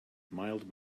mild